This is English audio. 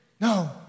no